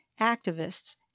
activists